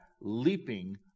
leaping